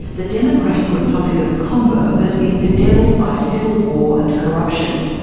the democratic republic of congo has been bedevilled by civil war and corruption.